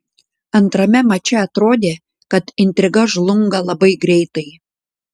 antrame mače atrodė kad intriga žlunga labai greitai